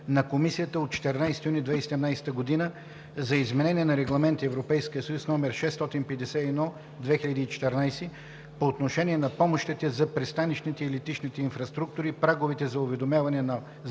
на Комисията от 14 юни 2017 г. за изменение на Регламент (ЕС) № 651/2014 по отношение на помощите за пристанищните и летищните инфраструктури, праговете за уведомяване за помощи